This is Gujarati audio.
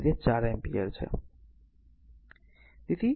તેથી આ r 4 એમ્પીયર છે